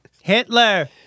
Hitler